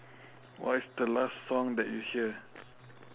what is the last song that you hear